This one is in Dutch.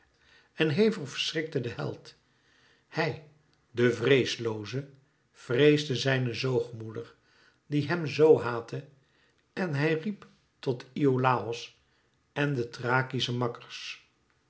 en hevig verschrikte de held hij de vreeslooze vreesde zijne zoogmoeder die hem zoo haatte en hij riep tot iolàos en de thrakische makkers